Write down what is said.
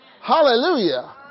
Hallelujah